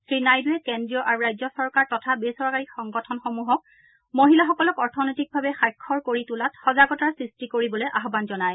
শ্ৰীনাইডুৱে কেন্দ্ৰীয় আৰু ৰাজ্য চৰকাৰ তথা বেচৰকাৰী সংগঠনসমূহক মহিলাসকলক অৰ্থনৈতিকভাৱে সাক্ষৰ কৰি তোলাত সজাগতাৰ সৃষ্টি কৰিবলৈ আহান জনায়